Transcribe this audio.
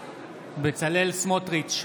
בצלאל סמוטריץ'